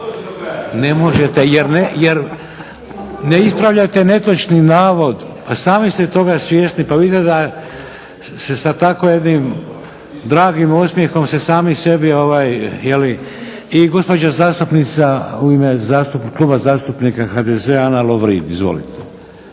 Ne možete, jer ne ispravljate netočni navod. Pa sami ste toga svjesni. Pa vidite da se sa tako jednim dragim osmjehom se sami sebi ovaj je li ... I gospođa zastupnica u ime Kluba zastupnika HDZ-a Ana Lovrin. Izvolite.